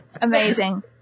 amazing